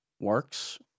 works